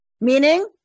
Meaning